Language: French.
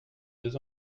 deux